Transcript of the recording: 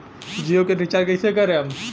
जियो के रीचार्ज कैसे करेम?